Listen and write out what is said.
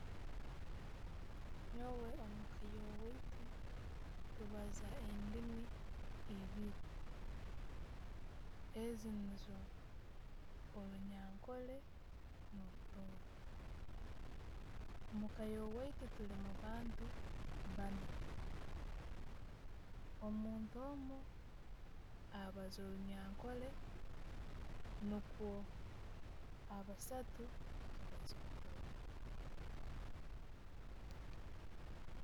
Nyoonwe omweika yowaitu tubaaza endiimi ebiiri, ezo niizo orunyankole no'rutooro. Muka eyowaitu, tuli mubantu baana. Omuntu omu abaaza orunyankole, nukwo abasaatu tubaaza orutooro.